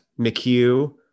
McHugh